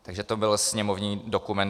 Takže to byl sněmovní dokument 2665.